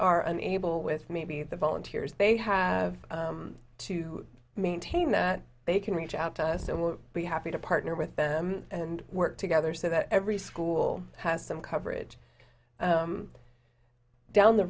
are unable with maybe the volunteers they have to maintain that they can reach out to us and we'll be happy to partner with them and work together so that every school has some coverage down the